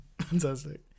fantastic